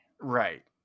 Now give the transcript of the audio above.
right